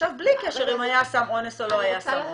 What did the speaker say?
עכשיו בלי קשר אם היה סם אונס או לא היה סם אונס.